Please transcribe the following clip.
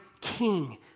king